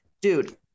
Dude